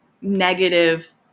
negative